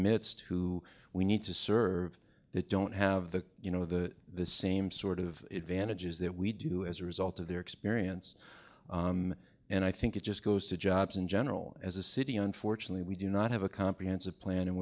midst who we need to serve that don't have the you know the the same sort of advantages that we do as a result of their experience and i think it just goes to jobs in general as a city unfortunately we do not have a comprehensive plan